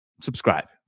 subscribe